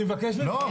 אני מבקש ממך --- לא,